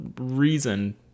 reason